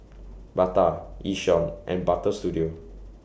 Bata Yishion and Butter Studio